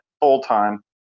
full-time